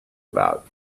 about